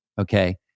Okay